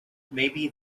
maybe